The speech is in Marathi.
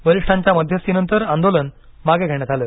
वरीष्ठांच्या मध्यस्थीनंतर आंदोलन मागं घेण्यात आलं